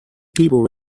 people